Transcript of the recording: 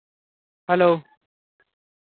hello